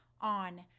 on